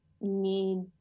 need